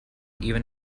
even